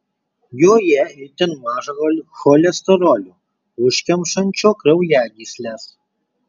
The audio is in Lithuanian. joje itin mažai cholesterolio užkemšančio kraujagysles